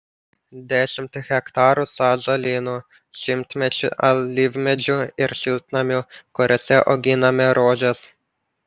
dešimt hektarų sąžalynų šimtamečių alyvmedžių ir šiltnamių kuriuose auginame rožes